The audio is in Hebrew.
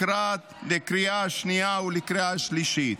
לקריאה השנייה ולקריאה השלישית.